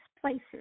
places